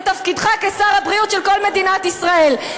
בתפקידך כשר הבריאות של כל מדינת ישראל.